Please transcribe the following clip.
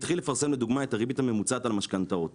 התחיל לפרסם לדוגמה את הריבית הממוצעת על המשכנתאות